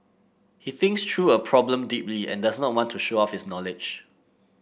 he thinks through a problem deeply and does not want to show off his knowledge